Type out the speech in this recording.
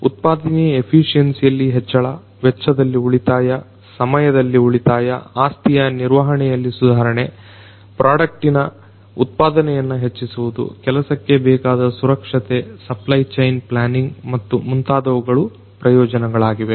ಉತ್ಪಾದನೆಯ ಎಫಿಸಿಯೆನ್ಸಿಯಲ್ಲಿ ಹೆಚ್ಚಳ ವೆಚ್ಚದಲ್ಲಿ ಉಳಿತಾಯ ಸಮಯದಲ್ಲಿ ಉಳಿತಾಯ ಆಸ್ತಿಯ ನಿರ್ವಹಣೆಯಲ್ಲಿ ಸುಧಾರಣೆ ಪ್ರಾಡೆಕ್ಟಿನ ಉತ್ಪಾದನೆಯನ್ನ ಹೆಚ್ಚಿಸುವುದು ಕೆಲಸಕ್ಕೆ ಬೇಕಾದ ಸುರಕ್ಷತೆ ಸಪ್ಲೈ ಚೈನ್ ಪ್ಲಾನಿಂಗ್ ಮತ್ತು ಮುಂತಾದವುಗಳು ಪ್ರಯೋಜನಗಳಾಗಿವೆ